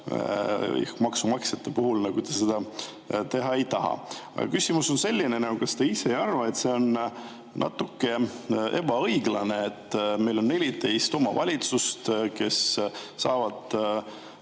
ehk maksumaksjate puhul te seda nagu teha ei taha. Küsimus on selline. Kas te ise ei arva, et see on natuke ebaõiglane, et meil on 14 omavalitsust, kes saavad